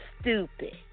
stupid